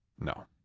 No